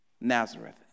Nazareth